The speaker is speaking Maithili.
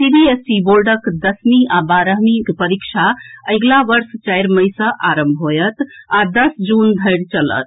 सीबीएसई बोर्डक दसवीं आ बारहवींक परीक्षा अगिला वर्ष चारि मई सँ आरंभ होएत आ दस जून धरि चलत